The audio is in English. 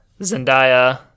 Zendaya